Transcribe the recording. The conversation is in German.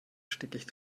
stickig